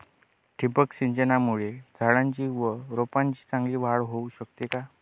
ठिबक सिंचनामुळे झाडाची व रोपांची चांगली वाढ होऊ शकते का?